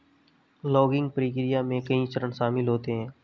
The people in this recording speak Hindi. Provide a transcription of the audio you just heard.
लॉगिंग प्रक्रिया में कई चरण शामिल होते है